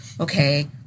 okay